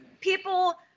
people